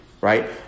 Right